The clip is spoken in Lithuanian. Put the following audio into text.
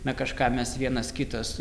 na kažką mes vienas kitas